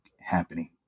happening